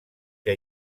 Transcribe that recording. que